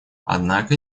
однако